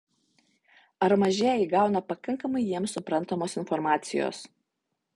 ar mažieji gauna pakankamai jiems suprantamos informacijos